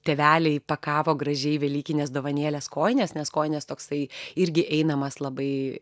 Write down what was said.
tėveliai pakavo gražiai velykines dovanėles kojines nes kojinės toksai irgi eidamas labai